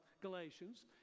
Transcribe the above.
Galatians